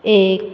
एक